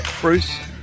Bruce